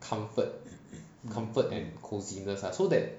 comfort comfort and cosiness lah so that